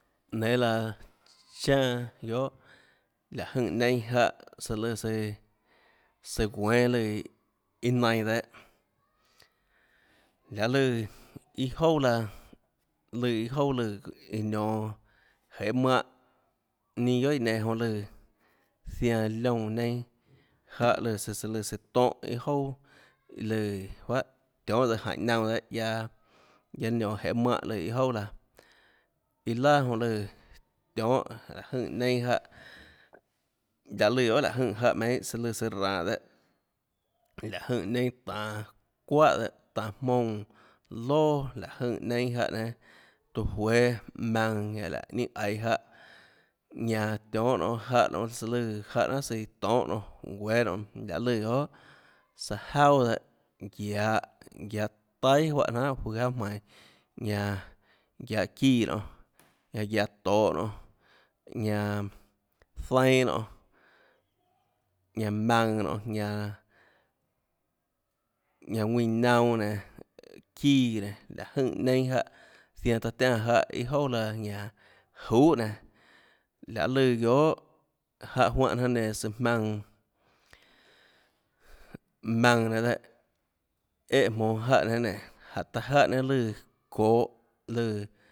Nénâ laãçhanà guiohà láhå jønè neinâ jáhã lùã søã søã guénâ iâ lùã iâ nainã dehâ lahê lùã iâ jouà laã lùã iâ jouà lùã nionå jeê mánhã ninâ guiohà iã nenã joã lùã zianã liónã enâ jáhã søã søã lùã søã tónhã iâ jouà iã lùã juahà tiónâ tsøã jaínhå naunã dehâ guiaâ guiaâ nionå jehê mánhã lùã iâ jouà laã iâ laà jonã lùã tionhâ láhå jønè nienâ jáhã lahê lùã guiohà láhå jønè jáhã meinhâ søã lùã ranhå dehâ láhå jønè neinâ tanå çuáhà dehâ tanå jmoúnã loà láhå jønè neinâ jáhã nénâ tuã juéâ maønã ñanã láhå ninâ aiå jáhã ñanã tionhâ nonê jáhã søã lùã jáhãàjnáhà søã iã tonhâ nonê guéâ nonê lahê lùã guiohà saã jauà dehâ guiahå guiahå taíà juáhã jnanhà juøå jauà jmainå ñanã guiahå çíã nionê ñanã guiahå tohå nonê ñanã zainã nonê ñanã maønã nonê ñanã ðuínã naunã nenã çíã nenã láhå jønè neinâ jáhã zianã taã tiánã jáhã iâ jouà laã ñanã juhà nenã lahê lùã guiohà jáhã juánhå jnanà nenã søã jmaønã maønã nénâ dehâ éhã jmonå jáhã nénâ nénå taã jáhã nénâ lùã ðohå lùã